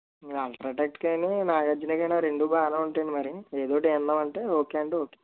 UltraTech కాని నాగార్జున కాని రెండు బాగానే ఉంటాయండి మరి ఏదో ఒకటి వేద్దాం అంటే ఒకే అంటే ఒకే